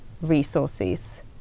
resources